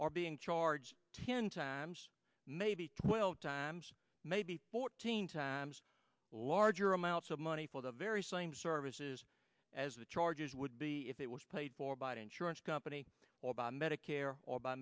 or being charged ten times maybe twelve times maybe fourteen times larger amounts of money for the very same services as the charges would be if it was paid for by the insurance company or by medicare or by